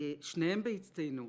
ושניהם בהצטיינות,